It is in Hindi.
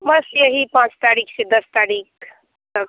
बस यही पाँच तारीख से दस तारीख तक